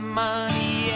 money